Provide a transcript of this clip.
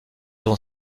ton